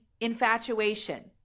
infatuation